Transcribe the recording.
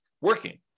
working